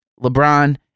LeBron